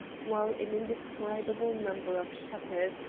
while an indescribable number of shutters,